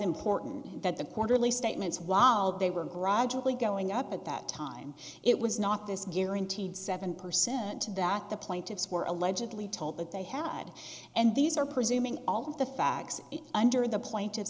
important that the quarterly statements wow they were gradually going up at that time it was not this guaranteed seven percent that the plaintiffs were allegedly told that they had and these are presuming all the facts under the plaint